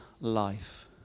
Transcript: life